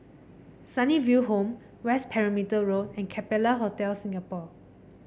Sunnyville Home West Perimeter Road and Capella Hotel Singapore